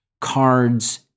cards